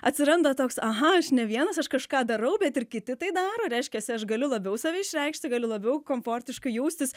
atsiranda toks aha aš ne vienas aš kažką darau bet ir kiti tai daro reiškiasi aš galiu labiau save išreikšti galiu labiau komfortiškai jaustis